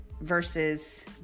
versus